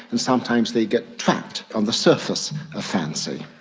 and sometimes they get trapped on the surface of fancy.